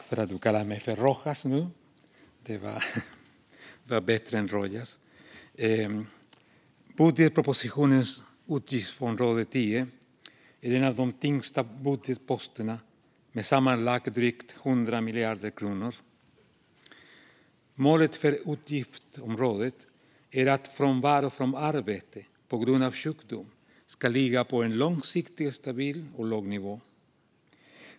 Fru talman! Budgetpropositionens utgiftsområde 10 är en av de tyngsta budgetposterna om sammanlagt drygt 100 miljarder kronor. Målet för utgiftsområdet är att frånvaro från arbete på grund av sjukdom ska ligga på en långsiktigt stabil och låg nivå.